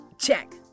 check